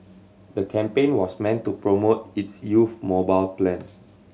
the campaign was meant to promote its youth mobile plan